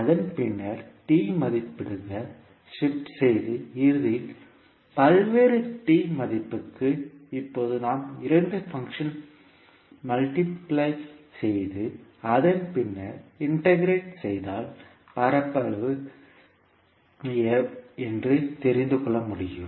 அதன் பின்னர் மதிப்பிடுக ஷிப்ட் செய்து இறுதியில் பல்வேறு மதிப்புக்கு இப்போது நாம் இரண்டு பங்க்ஷன் மல்டிபிள் செய்து அதன் பின்னர் இன்டெகிரெட் செய்தால் பரப்பளவு என்று தெரிந்து கொள்ள முடியும்